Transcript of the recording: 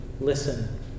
listen